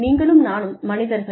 நீங்களும் நானும் மனிதர்கள்